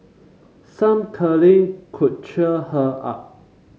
some cuddling could cheer her up